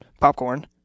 popcorn